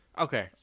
Okay